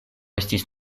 estis